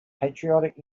patriotic